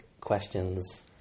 questions